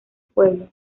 pueblo